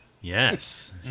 Yes